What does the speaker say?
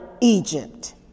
Egypt